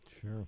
Sure